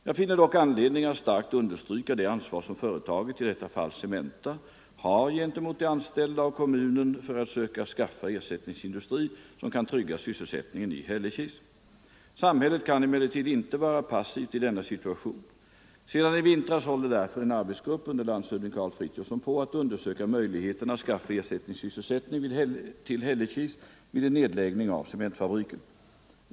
Jag finner dock anledning att starkt understryka det ansvar som företaget — i detta fall Cementa — har gentemot de anställda och kommunen för att söka skaffa ersättningsindustri som kan trygga sysselsättningen i Hällekis. Samhället kan emellertid inte vara passivt i denna situation. Sedan i vintras håller därför en arbetsgrupp under landshövding Karl Frithiofson på att undersöka möjligheterna att skaffa ersättningssysselsättning till Hällekis vid en nedläggning av cementfabriken.